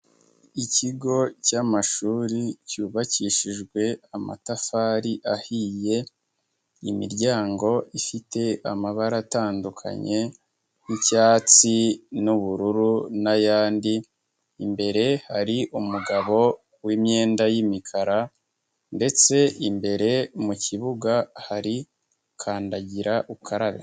Ikigo cy'amashuri cyubakishijwe amatafari ahiye, imiryango ifite amabara atandukanye, y'icyatsi n'ubururu n'ayandi, imbere hari umugabo w'imyenda y'imikara, ndetse imbere mu kibuga hari kandagira ukarabe.